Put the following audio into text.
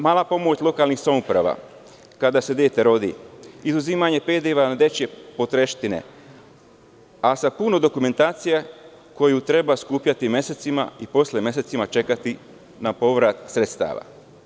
Mala pomoć lokalnih samouprava kada se dete rodi, izuzimanje PDV-a na dečije potrepštine, a sa puno dokumentacije koju treba skupljati mesecima, i posle mesecima čekati na povraćaj sredstava.